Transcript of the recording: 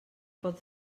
pot